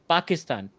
Pakistan